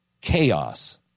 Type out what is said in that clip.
chaos